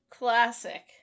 Classic